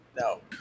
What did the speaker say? No